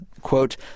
quote